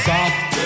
Soft